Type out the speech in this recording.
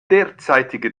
derzeitige